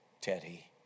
Teddy